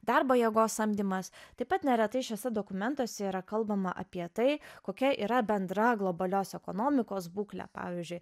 darbo jėgos samdymas taip pat neretai šiuose dokumentuose yra kalbama apie tai kokia yra bendra globalios ekonomikos būklė pavyzdžiui